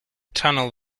tunnel